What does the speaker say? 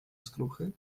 skruchy